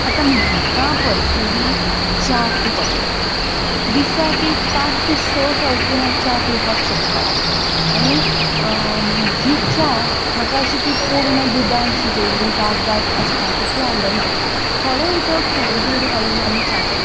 आतां म्हाका पर्सनली च्या खूब आवडटा दिसाक एक पांच ते स फावटी हांव च्या पिवपाक शकतां आनी म्हजी च्या म्हाका अशी ती पुर्ण दुदान शिजयल्ली दाट दाट आसता तशी आवडना थोडें उदक थोडें दूद घालून आमी च्या करतात